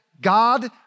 God